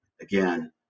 again